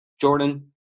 Jordan